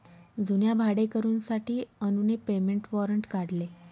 जुन्या भाडेकरूंसाठी अनुने पेमेंट वॉरंट काढले